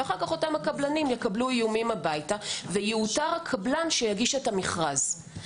ואחר כך אותם הקבלנים יקבלו איומים הביתה ויאותר הקבלן שיגיש את המכרז.